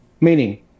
Meaning